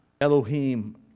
Elohim